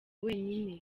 wenyine